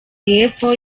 y’epfo